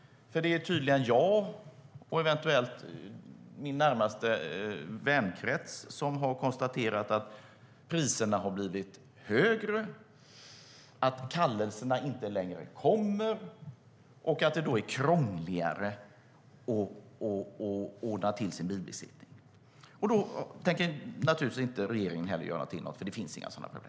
Det är visst bara jag och eventuellt min närmaste vänkrets som har konstaterat att priserna blivit högre, att kallelserna inte längre kommer och att det är krångligare att ordna bilbesiktningen. Det tänker regeringen inte göra något åt, för de problemen finns inte.